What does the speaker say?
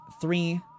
three